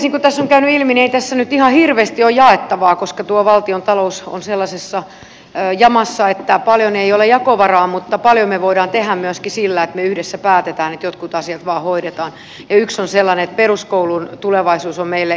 niin kuin tässä on käynyt ilmi ei tässä nyt ihan hirveästi ole jaettavaa koska tuo valtiontalous on sellaisessa jamassa että paljon ei ole jakovaraa mutta paljon me voimme tehdä myöskin sillä että me yhdessä päätämme että jotkut asiat vain hoidetaan ja yksi sellainen on että peruskoulun tulevaisuus on meille elintärkeä